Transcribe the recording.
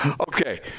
okay